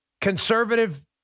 conservative